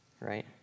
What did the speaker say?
right